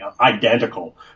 identical